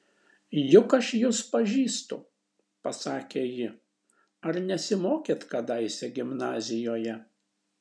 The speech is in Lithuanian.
juk aš jus pažįstu pasakė ji ar nesimokėt kadaise gimnazijoje